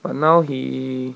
but now he